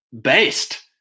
based